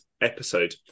episode